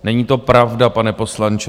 Není to pravda, pane poslanče.